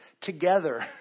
together